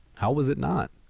how was it not?